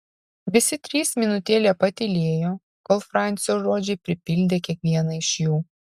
visi trys minutėlę patylėjo kol francio žodžiai pripildė kiekvieną iš jų